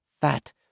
fat